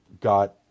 got